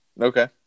Okay